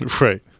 Right